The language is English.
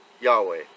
Yahweh